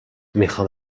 میخام